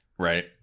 Right